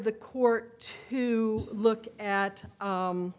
the court to look at